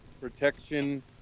protection